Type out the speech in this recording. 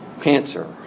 cancer